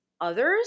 others